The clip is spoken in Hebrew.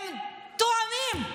הן תואמות,